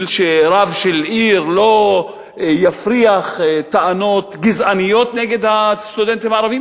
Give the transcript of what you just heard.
שרב של עיר לא יפריחו טענות גזעניות נגד הסטודנטים הערבים?